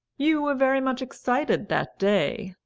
you were very much excited that day,